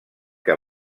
que